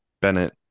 Bennett